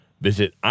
Visit